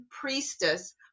priestess